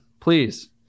Please